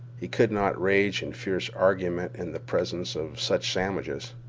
he could not rage in fierce argument in the presence of such sandwiches.